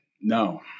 no